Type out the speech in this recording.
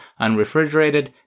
unrefrigerated